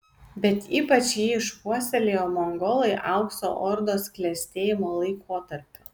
bet ypač jį išpuoselėjo mongolai aukso ordos klestėjimo laikotarpiu